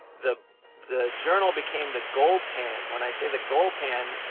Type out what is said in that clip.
the the journal became the gold pan. when i say the gold pan,